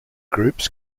groups